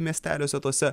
miesteliuose tuose